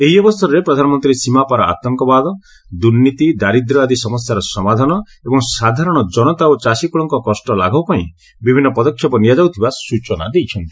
ଏହି ଅବସରରେ ପ୍ରଧାନମନ୍ତ୍ରୀ ସୀମାପାର ଆତଙ୍କବାଦ ଦୁର୍ନୀତି ଦାରିଦ୍ର୍ୟ ଆଦି ସମସ୍ୟାର ସମାଧାନ ଏବଂ ସାଧାରଣ ଜନତା ଓ ଚାଷୀକୃଳଙ୍କ କଷ୍ଟ ଲାଘବ ପାଇଁ ବିଭିନ୍ନ ପଦକ୍ଷେପ ନିଆଯାଉଥିବା ସ୍ଚଚନା ଦେଇଛନ୍ତି